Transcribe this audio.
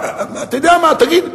אתה יודע מה, תגיד,